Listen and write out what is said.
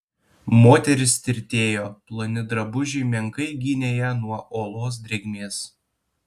moteris tirtėjo ploni drabužiai menkai gynė ją nuo olos drėgmės